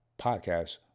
podcast